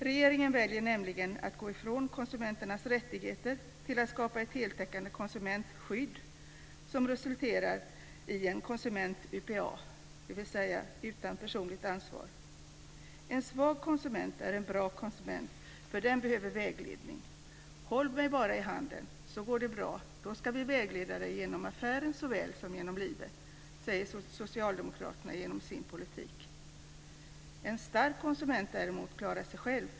Regeringen väljer nämligen att gå från detta med konsumenternas rättigheter till att skapa ett heltäckande konsumentskydd som resulterar i en konsument u.p.a., dvs. utan personligt ansvar. En svag konsument är en bra konsument, för den behöver vägledning. Håll mig bara i handen, så går det bra. Då ska vi vägleda dig genom affären såväl som genom livet. Det säger socialdemokraterna genom sin politik. En stark konsument, däremot, klarar sig själv.